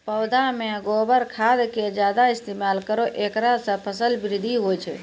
पौधा मे गोबर खाद के ज्यादा इस्तेमाल करौ ऐकरा से फसल बृद्धि होय छै?